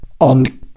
on